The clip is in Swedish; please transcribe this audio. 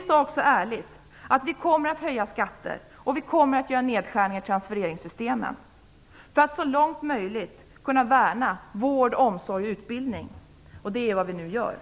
sade också ärligt att vi skulle höja skatten och göra nedskärningar i transfereringssystemen, för att så långt möjligt kunna värna vård, omsorg, och utbildning. Det är vad vi nu gör.